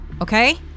okay